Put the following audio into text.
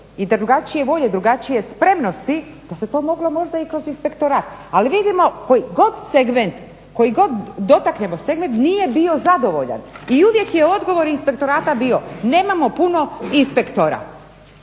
je drugačije bolje, drugačije spremnosti da se to moglo možda i kroz inspektorat, ali vidimo koji god segment, koji god dotaknemo segment nije bio zadovoljan i uvijek je odgovor inspektorata bio, nemamo puno inspektora.